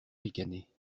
ricaner